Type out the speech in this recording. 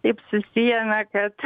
taip susiėmė kad